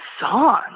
song